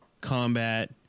combat